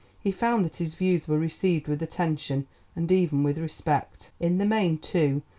he found that his views were received with attention and even with respect. in the main, too,